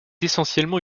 essentiellement